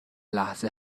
لحظه